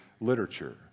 literature